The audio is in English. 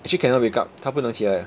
actually cannot wake up 他不能起来